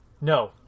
No